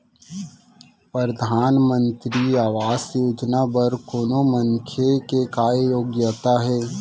परधानमंतरी आवास योजना बर कोनो मनखे के का योग्यता हे?